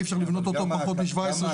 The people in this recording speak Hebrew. כי אפשר לבנות אותו פחות משבע עשרה,